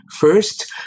First